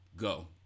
go